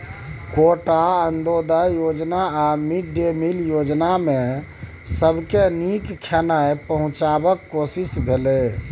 quota, Antyodaya योजना आ mid day meal योजनामे सबके नीक खेनाइ पहुँचेबाक कोशिश भेलै